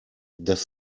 das